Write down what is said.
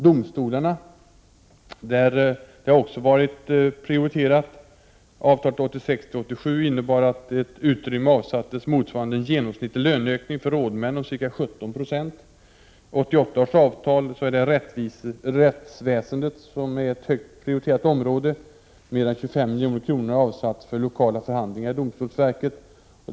Domstolarna har också varit ett prioriterat område. Avtalet 1986/87 innebar att ett utrymme avsattes motsvarande en genomsnittlig löneökning för rådmän på ca 17 96. I 1988 års avtal är rättsväsendet ett högt prioriterat område. Mer än 25 milj.kr. har avsatts för lokala förhandlingar inom domstolsverket.